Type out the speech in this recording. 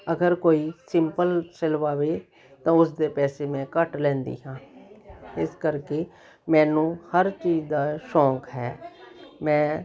ਅਗਰ ਕੋਈ ਸਿੰਪਲ ਸਿਲਵਾਵੇ ਤਾਂ ਉਸਦੇ ਪੈਸੇ ਮੈਂ ਘੱਟ ਲੈਂਦੀ ਹਾਂ ਇਸ ਕਰਕੇ ਮੈਨੂੰ ਹਰ ਚੀਜ਼ ਦਾ ਸ਼ੌਂਕ ਹੈ ਮੈਂ